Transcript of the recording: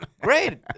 Great